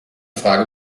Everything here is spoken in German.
frage